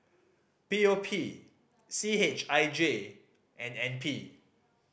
P O P C H I J and N P